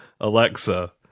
Alexa